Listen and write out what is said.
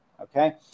okay